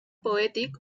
poètic